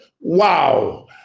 Wow